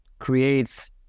Creates